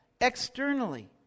externally